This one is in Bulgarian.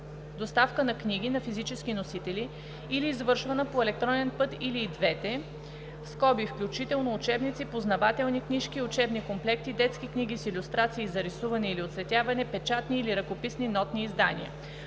доставка на книги на физически носители или извършвана по електронен път или и двете (включително учебници, познавателни книжки и учебни комплекти, детски книги с илюстрации, за рисуване или оцветяване, печатни или ръкописни нотни издания),